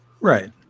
Right